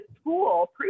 school